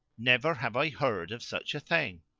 never have i heard of such a thing.